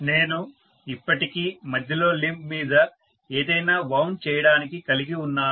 నేను ఇప్పటికీ మధ్యలో లింబ్ మీద ఏదైనా వౌండ్ చేయడానికి కలిగి ఉన్నాను